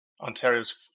Ontario's